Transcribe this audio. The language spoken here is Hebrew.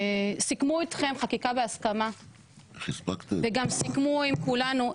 סיכמו אתכם חקיקה בהסכמה וגם סיכמו עם כולנו,